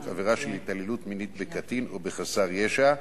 עבירה של התעללות מינית בקטין או בחסר ישע,